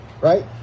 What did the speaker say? right